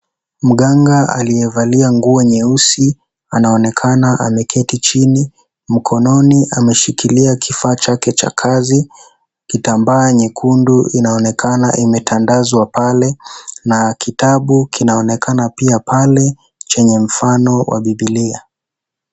Mganga aliyevalia nguo nyeusi. Anaonekana ameketi chini. Mkononi ameshikilia kifaa chake cha kazi. Kitambaa nyekundu inaonekana imetandazwa pale na kitabu kinaonekana pia pale, chenye mfano wa Bibilia.